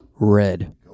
Red